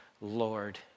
Lord